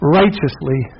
righteously